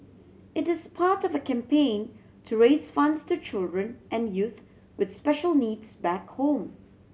it is part of a campaign to raise funds to children and youth with special needs back home